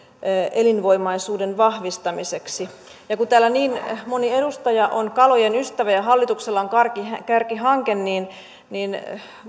elinvoimaisuuden vahvistamiseksi kun täällä niin moni edustaja on kalojen ystävä ja hallituksella on kärkihanke niin niin